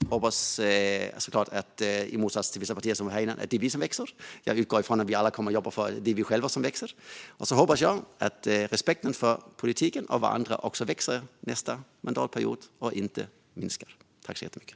Jag hoppas, i motsats till vissa partier här, att vi ska växa. Jag utgår från att vi alla kommer att jobba för att vi själva ska växa. Jag hoppas att respekten för politiken och varandra också växer, inte minskar, nästa mandatperiod. Jag yrkar bifall till reservation 4.